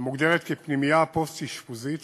המוגדרת כפנימייה פוסט-אשפוזית חשובה,